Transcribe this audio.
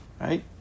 Right